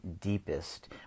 Deepest